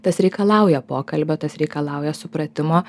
tas reikalauja pokalbio tas reikalauja supratimo